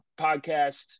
podcast